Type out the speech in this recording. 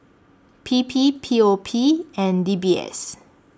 P P P O P and D B S